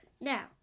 Now